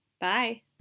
bye